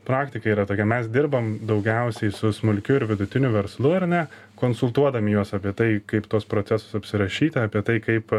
praktika yra tokia mes dirbam daugiausiai su smulkiu ir vidutiniu verslu ar ne konsultuodami juos apie tai kaip tuos procesus apsirašyti apie tai kaip